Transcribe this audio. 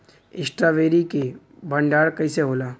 Strawberry के भंडारन कइसे होला?